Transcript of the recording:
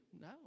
No